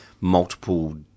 multiple